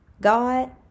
God